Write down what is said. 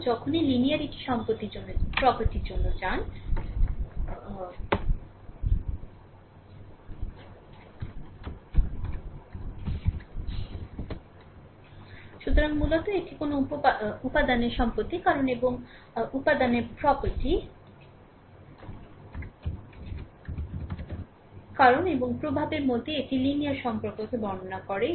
সুতরাং যখনই linearity property জন্য যান সুতরাং মূলত এটি কোনও উপাদানের property কারণ এবং প্রভাবের মধ্যে একটি লিনিয়ার সম্পর্ককে বর্ণনা করে